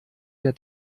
der